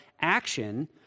action